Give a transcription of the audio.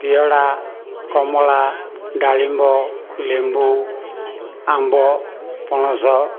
ପିହଡ଼ା କମଳା ଡାଳିମ୍ବ ଲେମ୍ବୁ ଆମ୍ବ ପଣସ